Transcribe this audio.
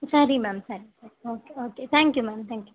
சரி மேம் சரி சரி okay okay thank you ma'am thank you